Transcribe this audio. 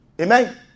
Amen